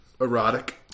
erotic